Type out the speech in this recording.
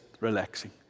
relaxing